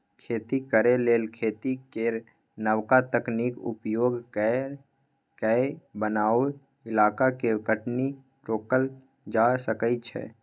खेती करे लेल खेती केर नबका तकनीक उपयोग कए कय बनैया इलाका के कटनी रोकल जा सकइ छै